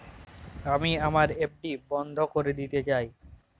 আমি আমার এফ.ডি বন্ধ করে দিতে চাই